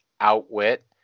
outwit